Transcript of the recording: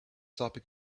topic